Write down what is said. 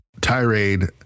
tirade